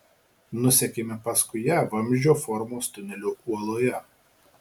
nusekėme paskui ją vamzdžio formos tuneliu uoloje